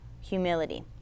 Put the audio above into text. humility